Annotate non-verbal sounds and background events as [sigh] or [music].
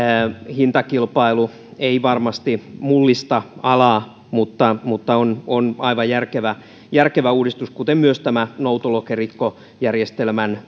hintakilpailu ei varmasti mullista alaa mutta mutta on on aivan järkevä järkevä uudistus kuten myös noutolokerikkojärjestelmän [unintelligible]